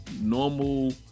normal